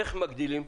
איך מגדילים,